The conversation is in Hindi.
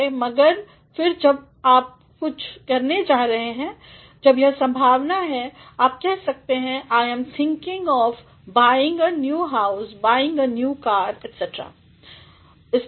मगर फिर जब आप कुछ करने जा रहे हैं जब यह संभावना है आप कह सकते हैं I am thinking of buying a new house buying a new car इस तरह